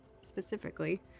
specifically